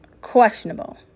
Questionable